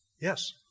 Yes